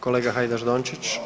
Kolega Hajdaš Dončić.